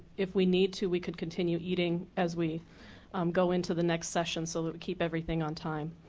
if we need to, we can continue eating as we um go into the next session. so it will keep everything on time.